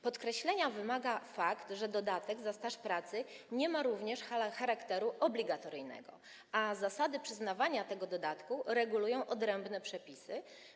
Podkreślenia wymaga fakt, że dodatek za staż pracy nie ma również charakteru obligatoryjnego, a zasady przyznawania tego dodatku regulują odrębne przepisy.